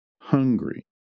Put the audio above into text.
hungry